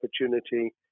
opportunity